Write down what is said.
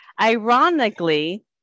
ironically